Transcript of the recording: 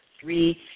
three